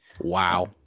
Wow